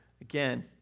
again